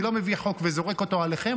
אני לא מביא חוק וזורק אותו עליכם.